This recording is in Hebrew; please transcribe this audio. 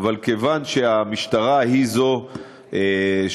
אבל כיוון שהמשטרה היא זו שבסוף